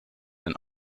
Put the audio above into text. and